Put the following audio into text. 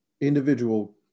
individual